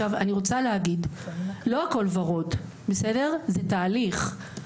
אני רוצה להגיד, לא הכל ורוד, זה תהליך.